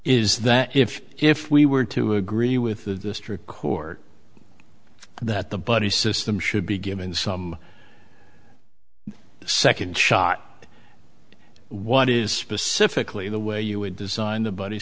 is that if if we were to agree with the district court that the buddy system should be given some second shot what is specifically the way you would design the buddy